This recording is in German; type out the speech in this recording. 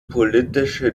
politische